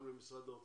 מענה מאוזן